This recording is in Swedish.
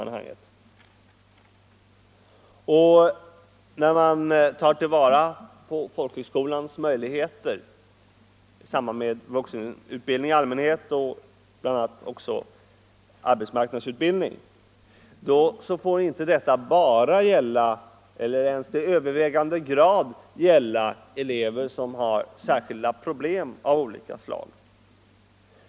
När man tar till vara folkhögskolans möjligheter i samband med vuxenutbildning i allmänhet och även arbetsmarknadsutbildning får detta inte bara eller ens till övervägande del gälla elever som har särskilda problem av olika slag.